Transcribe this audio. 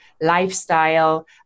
lifestyle